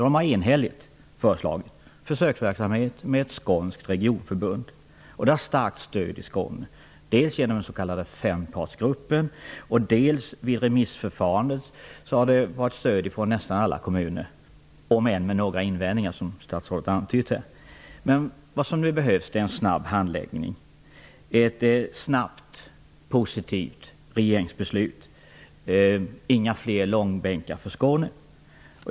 Den har enhälligt föreslagit en försöksverksamhet med ett skånskt regionförbund, något som har fått starkt stöd i Skåne dels från den s.k. fempartsgruppen, dels från nästan alla kommuner i remissförfarandet, även om det, som statsrådet antydde, också finns några invändningar. Vad som nu behövs är en snabb handläggning, ett snabbt och positivt regeringsbeslut. Det får inte bli några långbänkar för Skåne.